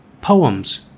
poems